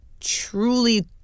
Truly